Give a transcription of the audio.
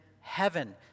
heaven